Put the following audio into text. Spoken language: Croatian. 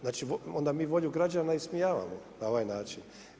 Znači onda mi volju građana ismijavamo na ovaj način.